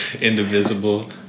Indivisible